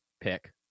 pick